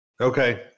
Okay